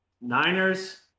Niners